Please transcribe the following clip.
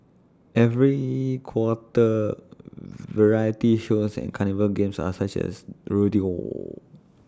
every quarter variety shows and carnival games are such as rodeo